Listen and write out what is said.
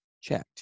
checked